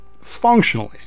functionally